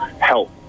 help